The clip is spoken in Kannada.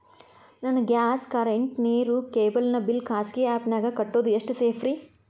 ನನ್ನ ಗ್ಯಾಸ್ ಕರೆಂಟ್, ನೇರು, ಕೇಬಲ್ ನ ಬಿಲ್ ಖಾಸಗಿ ಆ್ಯಪ್ ನ್ಯಾಗ್ ಕಟ್ಟೋದು ಎಷ್ಟು ಸೇಫ್ರಿ?